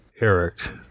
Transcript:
Eric